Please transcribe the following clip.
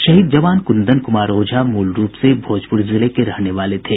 शहीद जवान कुंदन कुमार ओझा मूल रूप से भोजपुर जिले के रहने वाले थे